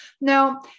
Now